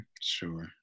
Sure